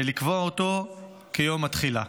ולקבוע אותו כיום התחילה.